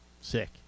Sick